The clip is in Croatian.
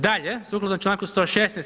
Dalje, sukladno čl. 116.